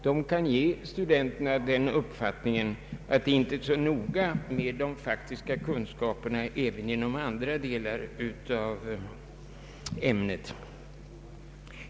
De kan ge studenterna den föreställningen att det inte är så noga med de faktiska kunskaperna i andra delar av ämnet heller.